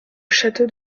château